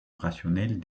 rationnelle